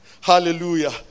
Hallelujah